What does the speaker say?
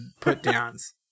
put-downs